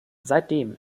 seitdem